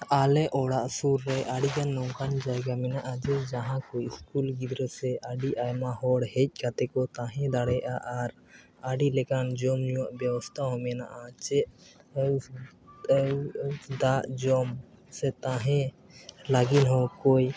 ᱟᱞᱮ ᱚᱲᱟᱜ ᱥᱩᱨ ᱨᱮ ᱟᱹᱰᱤᱜᱟᱱ ᱱᱚᱝᱠᱟᱱ ᱡᱟᱭᱜᱟ ᱢᱮᱱᱟᱜᱼᱟ ᱡᱮ ᱡᱟᱦᱟᱸ ᱠᱚ ᱥᱠᱩᱞ ᱜᱤᱫᱽᱨᱟᱹ ᱥᱮ ᱟᱹᱰᱤ ᱟᱭᱢᱟ ᱦᱚᱲ ᱦᱮᱡ ᱠᱟᱛᱮᱫ ᱠᱚ ᱛᱟᱦᱮᱸ ᱫᱟᱲᱮᱭᱟᱜᱼᱟ ᱟᱨ ᱟᱹᱰᱤ ᱞᱮᱠᱟᱱ ᱡᱚᱢᱼᱧᱩᱣᱟᱜ ᱵᱮᱵᱚᱥᱛᱷᱟ ᱦᱚᱸ ᱢᱮᱱᱟᱜᱼᱟ ᱥᱮ ᱫᱟᱜ ᱡᱚᱢ ᱥᱮ ᱛᱟᱦᱮᱸ ᱞᱟᱹᱜᱤᱫ ᱦᱚᱸ ᱠᱩᱧ